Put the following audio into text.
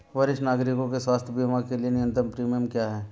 वरिष्ठ नागरिकों के स्वास्थ्य बीमा के लिए न्यूनतम प्रीमियम क्या है?